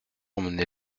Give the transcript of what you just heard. emmener